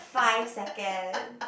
five seconds